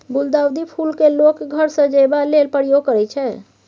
गुलदाउदी फुल केँ लोक घर सजेबा लेल प्रयोग करय छै